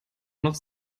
noch